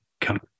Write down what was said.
come